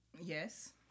Yes